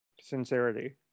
sincerity